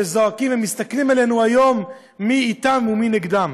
שזועקים ומסתכלים אלינו היום מי איתם ומי נגדם.